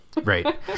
right